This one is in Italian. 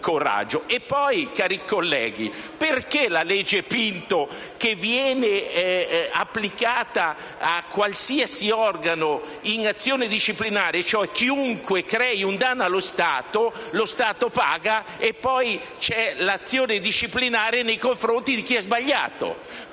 Poi, cari colleghi, c'è la legge Pinto, che viene applicata a qualsiasi organo in azione disciplinare, e cioè chiunque crei un danno allo Stato, lo Stato paga e poi c'è l'azione disciplinare nei confronti di chi ha sbagliato.